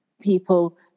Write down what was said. people